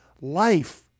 life